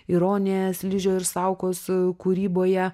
ironija sližio ir saukos kūryboje